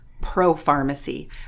pro-pharmacy